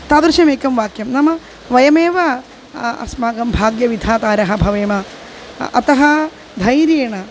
तादृशमेकं वाक्यं नाम वयमेव अस्माकं भाग्यविधातारः भवेम अतः धैर्येण